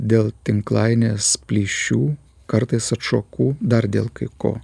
dėl tinklainės plyšių kartais atšokų dar dėl ko